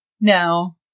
No